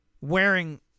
wearing